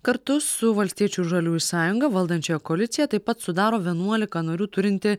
kartu su valstiečių ir žaliųjų sąjunga valdančiąją koaliciją taip pat sudaro vienuolika narių turinti